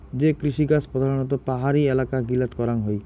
যে কৃষিকাজ প্রধানত পাহাড়ি এলাকা গিলাত করাঙ হই